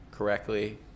correctly